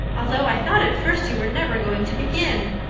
although i thought at first you were never going to begin.